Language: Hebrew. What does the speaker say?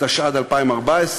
התשע"ד 2014,